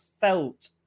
felt